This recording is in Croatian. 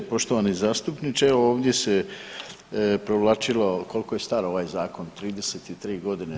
Poštovani zastupniče evo ovdje se provlačilo koliko je star ovaj zakon, 33 godine.